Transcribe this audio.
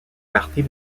partie